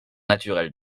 naturel